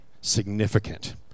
significant